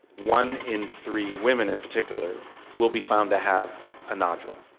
one in three women in particular will be found to have a nodule.